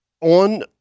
on